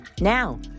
Now